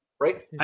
right